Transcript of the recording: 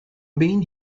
been